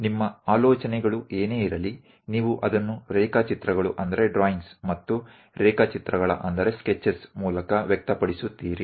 ನಿಮ್ಮ ಆಲೋಚನೆಗಳು ಏನೇ ಇರಲಿ ನೀವು ಅದನ್ನು ರೇಖಾಚಿತ್ರಗಳು ಮತ್ತು ರೇಖಾಚಿತ್ರಗಳ ಮೂಲಕ ವ್ಯಕ್ತಪಡಿಸುತ್ತೀರಿ